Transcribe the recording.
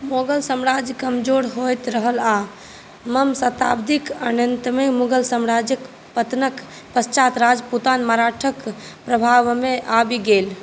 मोगल साम्राज्य कमजोर होइत रहल आ अठारहम शताब्दीक अन्तमे मुगल साम्राज्यक पतनक पश्चात राजपुताना मराठाक प्रभावमे आबि गेल